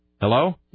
Hello